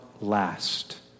last